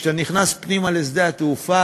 וכשאתה נכנס פנימה לשדה-התעופה,